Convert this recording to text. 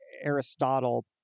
Aristotle